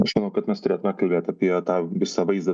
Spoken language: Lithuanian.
aš manau kad mes turėtume kalbėt apie tą visą vaizdą